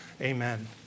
Amen